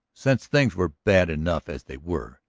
since things were bad enough as they were,